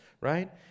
right